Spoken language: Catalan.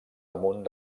damunt